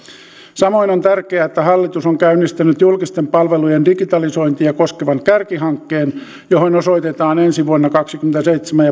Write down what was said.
samoin on tärkeää että hallitus on käynnistänyt julkisten palveluiden digitalisointia koskevan kärkihankkeen johon osoitetaan ensi vuonna kaksikymmentäseitsemän